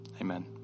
amen